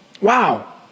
Wow